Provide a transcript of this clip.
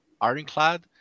Ironclad